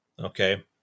Okay